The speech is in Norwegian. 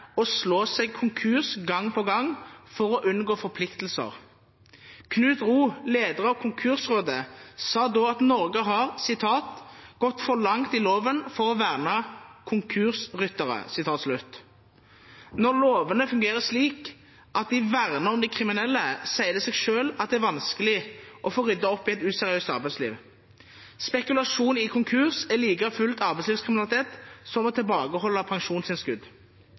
slå seg konkurs gang på gang for å unngå forpliktelser. Knut Ro, leder av Konkursrådet, sa da at Norge hadde «gått for langt i loven for å verne konkursryttere». Når lovene fungerer slik at de verner de kriminelle, sier det seg selv at det er vanskelig å få ryddet opp i et useriøst arbeidsliv. Spekulasjon i konkurs er i like stor grad arbeidslivskriminalitet som det å tilbakeholde